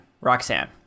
Roxanne